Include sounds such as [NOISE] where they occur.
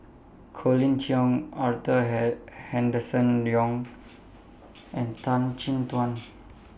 Colin Cheong Arthur [UNINTELLIGIBLE] Henderson Young and Tan Chin Tuan